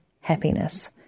Happiness